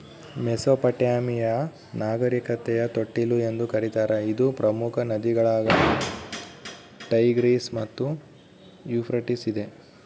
Mesopotamia ನಾಗರಿಕತೆಯ ತೊಟ್ಟಿಲು ಎಂದು ಕರೀತಾರ ಇದು ಪ್ರಮುಖ ನದಿಗಳಾದ ಟೈಗ್ರಿಸ್ ಮತ್ತು ಯೂಫ್ರಟಿಸ್ ಇದೆ